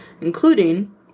including